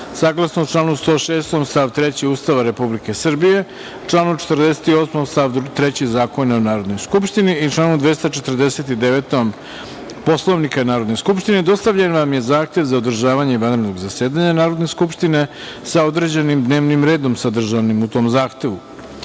saglasno članu 106. stav 3. Ustava Republike Srbije, članu 48. stav 3. Zakona o Narodnoj skupštini i članu 249. Poslovnika Narodne skupštine, dostavljen vam je Zahtev za održavanje vanrednog zasedanja Narodne skupštine sa određenim dnevnim redom sadržanim u tom zahtevu.Za